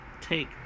take